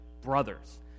brothers